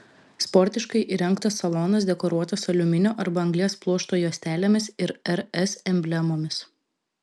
sportiškai įrengtas salonas dekoruotas aliuminio arba anglies pluošto juostelėmis ir rs emblemomis